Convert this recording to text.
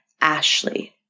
Ashley